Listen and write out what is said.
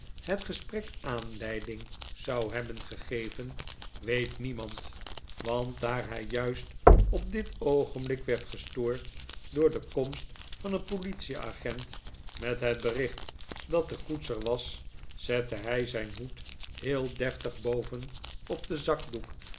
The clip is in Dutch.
het gesprek aanleiding zou hebben gegeven weet niemand want daar hij juist op dit oogenblik werd gestoord door de komst van een politieagent met het bericht dat de koets er was zette hij zijn hoed heel deftig boven op den zakdoek